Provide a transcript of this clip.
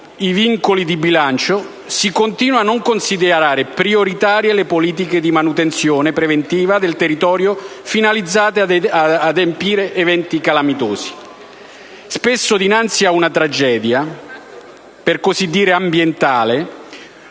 i vincoli di bilancio, infatti, si continua a non considerare prioritarie le politiche di manutenzione preventiva del territorio finalizzate ad impedire eventi calamitosi. Spesso dinanzi ad una tragedia, per così dire ambientale,